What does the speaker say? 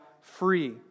free